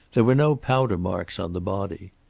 there were no powder marks on the body.